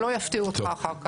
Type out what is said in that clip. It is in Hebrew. שלא יפתיעו אותך אחר כך.